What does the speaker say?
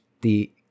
the-